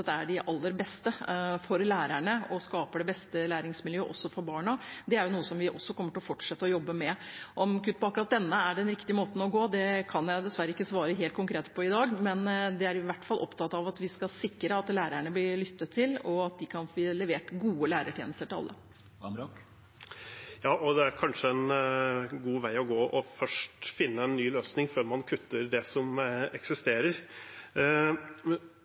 er de aller beste for lærerne, og som skaper det beste læringsmiljøet for barna, er noe vi kommer til å fortsette å jobbe med. Om kutt i akkurat denne er den riktige veien å gå, kan jeg dessverre ikke svare helt konkret på i dag. Men vi er i hvert fall opptatt av at vi skal sikre at lærerne blir lyttet til, og at det kan bli levert gode lærertjenester til alle. Det er kanskje en god vei å gå først å finne en ny løsning før man kutter det som eksisterer.